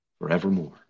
forevermore